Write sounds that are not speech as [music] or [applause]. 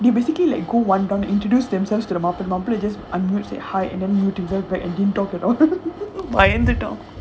ya basically like go one round introduce themselves to the மாப்பிள:mappila just unmute say hi and mute himself back and didn't talk at all [laughs] பயந்துடான்:bayanthutaan